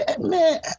man